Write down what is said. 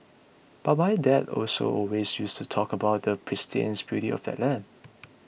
but my dad also always used to talk about the pristine beauty of that land